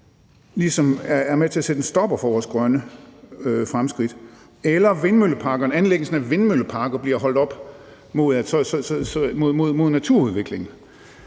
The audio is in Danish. ligesom er med til at sætte en stopper for vores grønne fremskridt, eller at anlæggelsen af vindmølleparker bliver holdt op mod en naturudvikling.